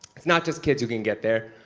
it's not just kids who can get there.